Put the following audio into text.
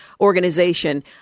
organization